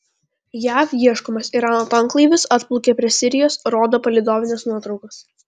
jav ieškomas irano tanklaivis atplaukė prie sirijos rodo palydovinės nuotraukos